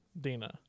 Dina